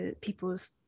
people's